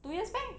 two years back